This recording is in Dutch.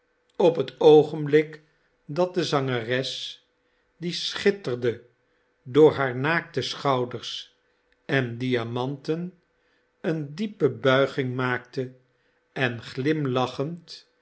op het oogenblik dat de zangeres die schitterde door haar naakte schouders en diamanten een diepe buiging maakte en glimlachend